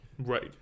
Right